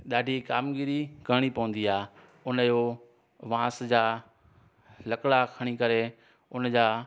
ॾाढी कामगिरी करिणी पवंदी आहे उनजो बांस जा लकिड़ा खणी करे उन जा